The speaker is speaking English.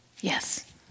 Yes